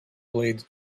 blades